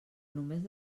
només